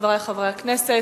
חברי חברי הכנסת: